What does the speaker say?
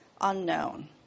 unknown